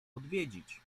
odwiedzić